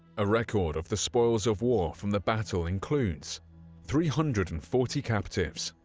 a record of the spoils of war from the battle includes three hundred and forty captives,